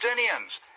Palestinians